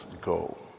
go